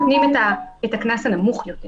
נותנים את הקנס הנמוך ביותר.